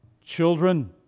children